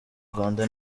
rwanda